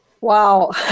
Wow